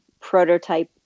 prototype